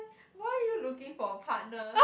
why are you looking for a partner